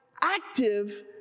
active